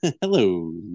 hello